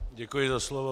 Děkuji za slovo.